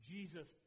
Jesus